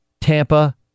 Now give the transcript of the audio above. Tampa